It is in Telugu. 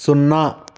సున్నా